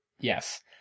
Yes